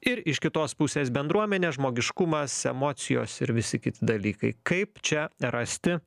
ir iš kitos pusės bendruomenė žmogiškumas emocijos ir visi kiti dalykai kaip čia rasti